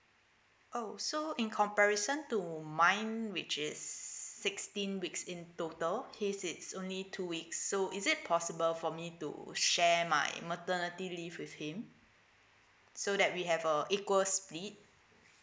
oh so in comparison to mine which is sixteen weeks in total his is only two weeks so is it possible for me to share my maternity leave with him so that we have a equal split